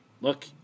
look